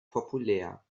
populär